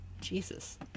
jesus